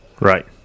Right